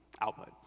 output